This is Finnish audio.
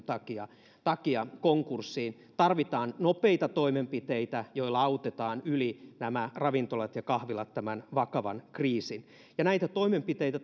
takia takia konkurssiin tarvitaan nopeita toimenpiteitä joilla autetaan nämä ravintolat ja kahvilat tämän vakavan kriisin yli näitä toimenpiteitä